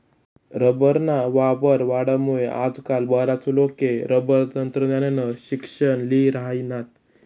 रबरना वापर वाढामुये आजकाल बराच लोके रबर तंत्रज्ञाननं शिक्सन ल्ही राहिनात